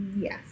Yes